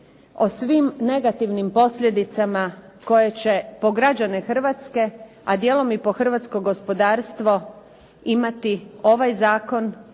o svim negativnim posljedicama koje će po građane Hrvatske, a dijelom i po hrvatsko gospodarstvo imati ovaj zakon